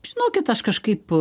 žinokit aš kažkaip